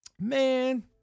man